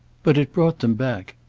but it brought them back.